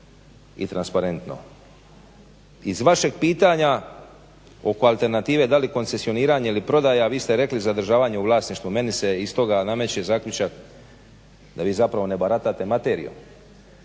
i transparentno. Iz vašeg pitanja oko alternative da li koncesioniranje ili prodaja, vi ste rekli zadržavanje u vlasništvu. Meni se iz toga nameće zaključak da vi zapravo ne baratate materijom